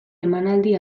emanaldi